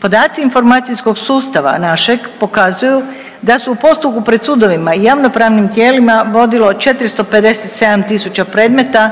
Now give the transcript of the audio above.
Podaci informacijskog sustava našeg pokazuju da se u postupku pred sudovima i javnopravnim tijelima vodilo 457 tisuća predmeta,